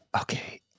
Okay